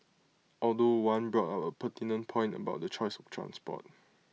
although one brought up A pertinent point about the choice of transport